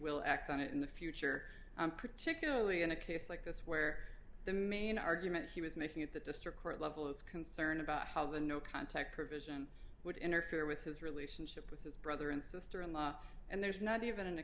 will act on it in the future particularly in a case like this where the main argument he was making at the district court level is concern about how the no contact provision would interfere with his relationship with his brother and sister in law and there's not even an